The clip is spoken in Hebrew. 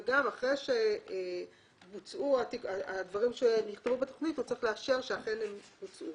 ואחרי שבוצעו הדברים שנכתבו בתוכנית הוא צריך לאשר שאכן הם בוצעו.